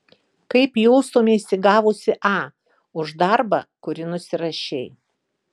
kaip jaustumeisi gavusi a už darbą kurį nusirašei